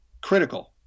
critical